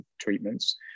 treatments